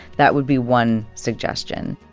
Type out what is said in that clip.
that would be one suggestion.